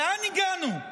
לאן הגענו?